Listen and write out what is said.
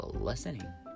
listening